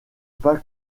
pas